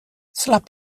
slaap